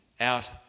out